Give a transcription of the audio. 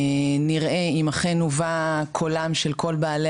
נראה אם אכן הובא קולם של כל בעלי